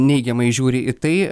neigiamai žiūri į tai